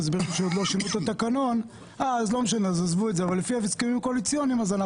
זה לא משנה מה התקנון אומר,